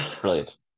brilliant